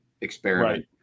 experiment